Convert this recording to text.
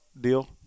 deal